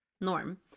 Norm